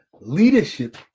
leadership